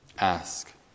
Ask